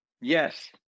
Yes